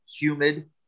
humid